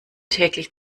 täglich